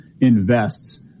invests